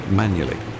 manually